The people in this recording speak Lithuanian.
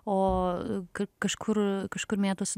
o kažkur kažkur mėtosi